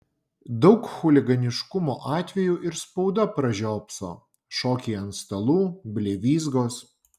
daug chuliganiškumo atvejų ir spauda pražiopso šokiai ant stalų blevyzgos